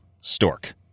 stork